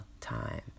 time